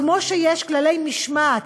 כמו שיש כללי משמעת